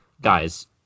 guys